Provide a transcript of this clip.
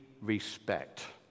respect